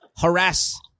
Harass